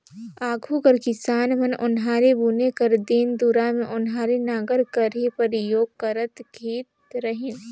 आघु कर किसान मन ओन्हारी बुने कर दिन दुरा मे ओन्हारी नांगर कर ही परियोग करत खित रहिन